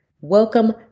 Welcome